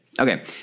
Okay